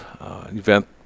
event